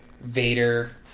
Vader